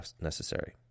necessary